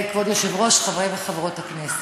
כבוד היושב-ראש, חברי וחברות הכנסת,